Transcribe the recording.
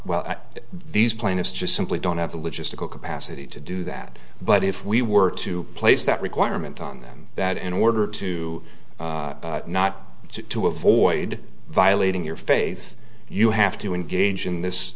well these plaintiffs just simply don't have the logistical capacity to do that but if we were to place that requirement on them that in order to not to avoid violating your faith you have to engage in